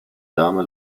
dame